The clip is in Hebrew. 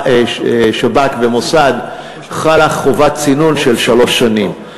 שב"כ ומוסד חלה חובת צינון של שלוש שנים.